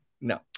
No